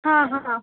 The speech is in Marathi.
हा हा